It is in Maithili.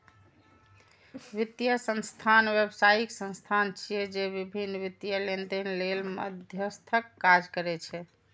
वित्तीय संस्थान व्यावसायिक संस्था छिय, जे विभिन्न वित्तीय लेनदेन लेल मध्यस्थक काज करै छै